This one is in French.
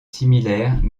similaire